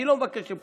אני לא מבקש פה,